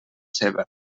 ceba